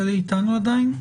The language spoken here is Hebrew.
רחל איתנו עדיין?